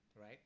right